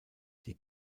die